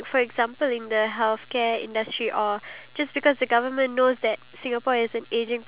cause you know you could have limit the cost of not building a lift but due to the fact of the